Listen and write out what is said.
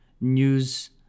news